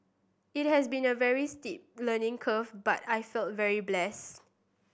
it has been a very steep learning curve but I feel very blessed